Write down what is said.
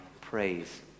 praise